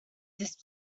this